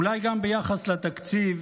אולי גם ביחס לתקציב,